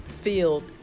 field